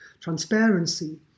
transparency